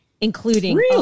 Including